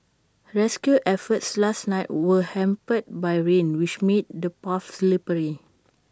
rescue efforts last night were hampered by rain which made the paths slippery